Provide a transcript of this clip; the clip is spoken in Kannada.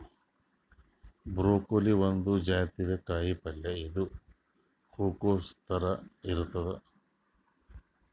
ಬ್ರೊಕೋಲಿ ಒಂದ್ ಜಾತಿದ್ ಕಾಯಿಪಲ್ಯ ಇದು ಹೂಕೊಸ್ ಥರ ಇರ್ತದ್